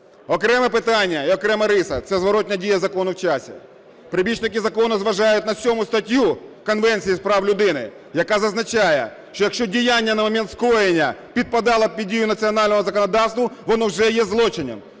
Окреме питання і окрема риса – це зворотна дія закону в часі. Прибічники закону зважають на 7 статтю Конвенції з прав людини, яка зазначає, що якщо діяння на момент скоєння підпадало під дію національного законодавства, воно вже є злочином.